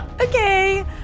Okay